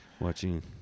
Watching